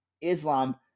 Islam